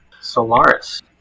Solaris